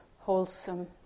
wholesome